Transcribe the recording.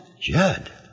Judd